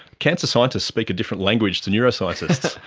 cancer scientists speak a different language to neuroscientists.